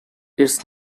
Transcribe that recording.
its